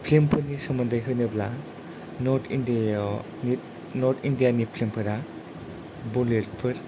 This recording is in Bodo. फिल्म फोरनि सोमोन्दै होनोब्ला नर्थ इण्डिया आव नि नर्ट इण्डिया नि फिल्म फोरा बलिवुडफोर